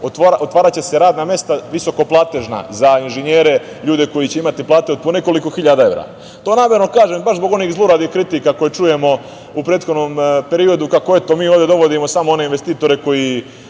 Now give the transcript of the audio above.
otvaraće se visokoplatežna radna mesta za inženjere, ljude koji će imati plate od po nekoliko hiljada evra. To namerno kažem baš zbog onih zluradih kritika koje čujemo u prethodnom periodu kako, eto, mi ovde dovodimo samo one investitore koji